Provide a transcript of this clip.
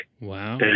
Wow